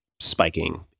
spiking